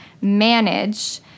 manage